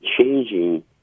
changing